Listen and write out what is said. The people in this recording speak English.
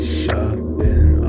shopping